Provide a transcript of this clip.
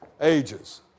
ages